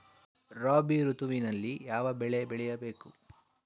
ರಾಬಿ ಋತುವಿನಲ್ಲಿ ಯಾವ ಬೆಳೆ ಬೆಳೆಯ ಬೇಕು?